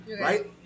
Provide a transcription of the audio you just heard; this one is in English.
Right